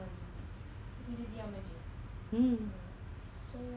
mmhmm